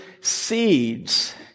seeds